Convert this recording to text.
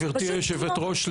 גברתי יושבת הראש,